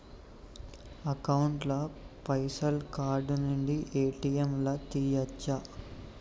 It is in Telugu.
అకౌంట్ ల పైసల్ కార్డ్ నుండి ఏ.టి.ఎమ్ లా తియ్యచ్చా?